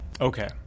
Okay